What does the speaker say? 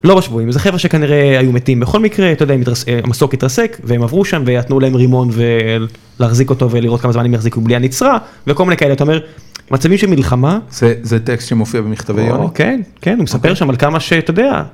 לא בשבויים. זה חבר'ה שכנראה היו מתים בכל מקרה... אתה יודע, המסוק התרסק והם עברו שם, ונתנו להם רימון, להחזיק אותו ולראות כמה זמן הם יחזיקו בלי הנצרה וכל מיני כאלה אתה אומר... מצבים של מלחמה? זה טקסט שמופיע במכתב היום. כן, כן, הוא מספר שם על כמה ש... אתה יודע...